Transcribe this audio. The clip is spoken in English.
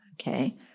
okay